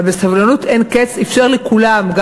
אבל בסבלנות אין קץ הוא אפשר לכולם גם